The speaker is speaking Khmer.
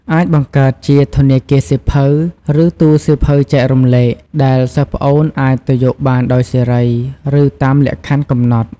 អាចបង្កើតជា ធនាគារសៀវភៅ ឬ ទូរសៀវភៅចែករំលែក ដែលសិស្សប្អូនអាចទៅយកបានដោយសេរី ឬតាមលក្ខខណ្ឌកំណត់។